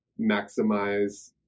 maximize